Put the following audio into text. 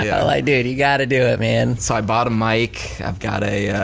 yeah like, dude, you gotta do it, man. so i bought a mic, got a